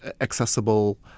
accessible